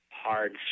hard